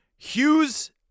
Hughes